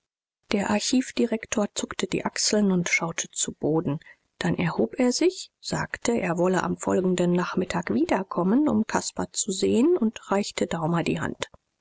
der archivdirektor zuckte die achseln und schaute zu boden dann erhob er sich sagte er wolle am folgenden nachmittag wiederkommen um caspar zu sehen und reichte daumer die hand